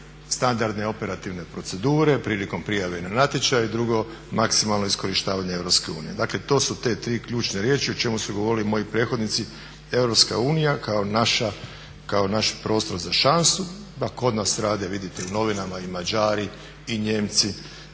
standardne operativne procedure prilikom prijave na natječaj i drugo, maksimalno iskorištavanje Europske unije. Dakle to su te tri ključne riječi o čemu su govorili moji prethodnici. Europska unija kao naš prostor za šansu, kod nas rade vidite u novinama i Mađari i Nijemci